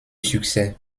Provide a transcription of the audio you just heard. succès